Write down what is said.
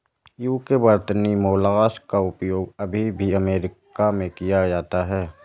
UK वर्तनी mollusc का उपयोग अभी भी अमेरिका में किया जाता है